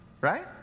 right